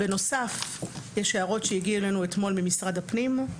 בנוסף, יש הערות שהגיעו אלינו אתמול ממשרד הפנים.